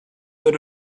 that